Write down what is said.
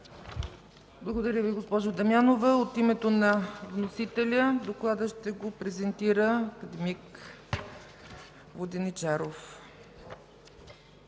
Благодаря Ви, госпожо Дамянова. От името на вносителя доклада ще го презентира акад. Воденичаров.